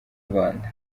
rwanda